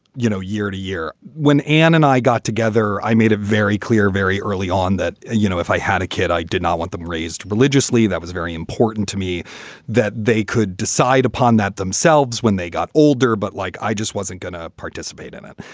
you know, year to year. when ann and i got together, i made it very clear very early on that, you know, if i had a kid, i did not want them raised religiously. that was very important to me that they could decide upon that themselves when they got older. but like, i just wasn't going to participate in it.